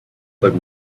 but